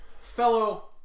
fellow